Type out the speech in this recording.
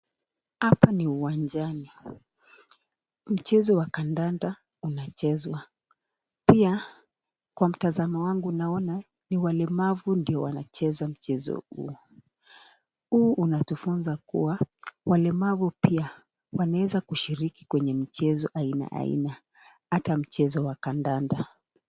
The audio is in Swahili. Hapa ni uwanjani. Mchezo wa kandanda unachezwa. Pia kwa mtazano wangu naona ni walemavu ndio wanachewa mchezo huo. Huu unatufunza kuwa walemavu pia wanaweza kushiriki kwenye michezo aina aina, hata mchezo wa kandanda.